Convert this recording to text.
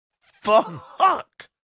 Fuck